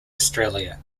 australia